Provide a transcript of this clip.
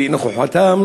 ונוכחותם